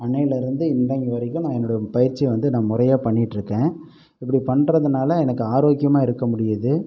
அன்றையிலருந்து இன்றைக்கு வரைக்கும் நான் என்னுடைய பயிற்சி வந்து நான் முறையாக பண்ணிட்ருக்கேன் இப்படி பண்ணுறதுனால எனக்கு ஆரோக்கியமாக இருக்கற முடியிது